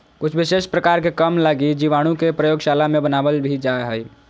कुछ विशेष प्रकार के काम लगी जीवाणु के प्रयोगशाला मे बनावल भी जा हय